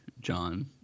John